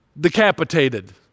decapitated